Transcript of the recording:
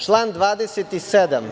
Član 27.